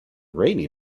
rainy